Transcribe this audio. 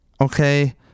okay